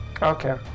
Okay